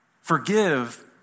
Forgive